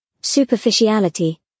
Superficiality